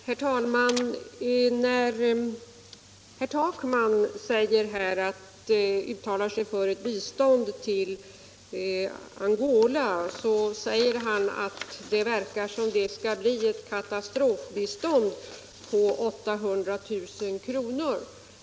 Herr talman! När herr Takman uttalar sig för ett bistånd till Angola säger han att det verkar som om det skall bli ett katastrofbistånd på 800 000 kr.